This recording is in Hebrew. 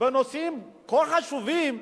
בנושאים כה חשובים,